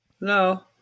No